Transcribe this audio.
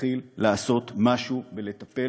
תתחיל לעשות משהו ולטפל